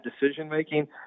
decision-making